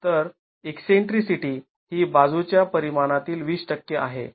तर ईकसेंट्रीसिटी ही बाजूच्या परिमाणातील २० टक्के आहे